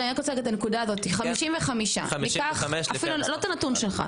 לפי המספר שאני בדקתי יש 55. אני רק רוצה רגע להבהיר את הנקודה הזאת.